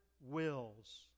wills